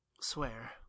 swear